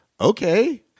okay